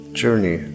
journey